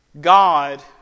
God